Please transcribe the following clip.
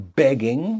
begging